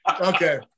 Okay